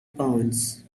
pounds